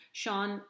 Sean